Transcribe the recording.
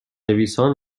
نویسان